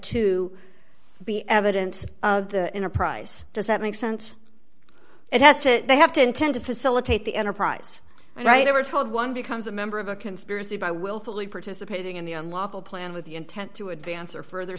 to be evidence of the enterprise does that make sense it has to they have to intend to facilitate the enterprise right there we're told one becomes a member of a conspiracy by willfully participating in the unlawful plan with the intent to advance or further